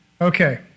Okay